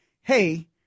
hey